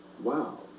Wow